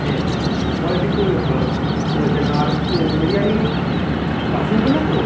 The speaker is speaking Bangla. হ্যাঁ কোয়ালিটি খুবই ভালো বলছেন আর বিরিয়ানি বাসি হবে না তো